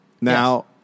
now